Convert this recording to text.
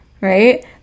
right